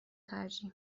ترجیح